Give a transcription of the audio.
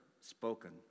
spoken